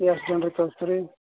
ಎಷ್ಟು ಜನ್ರ ಕಳ್ಸ್ತೀರ ರೀ